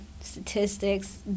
statistics